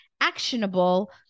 actionable